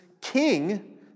king